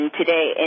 today